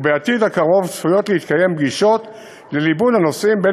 ובעתיד הקרוב צפויות להתקיים פגישות לליבון הנושאים בין